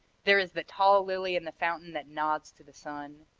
there is the tall lily in the fountain that nods to the sun.